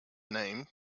name